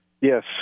Yes